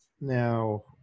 now